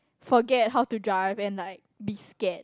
forget how to drive and like be scared